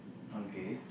okay